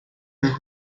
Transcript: los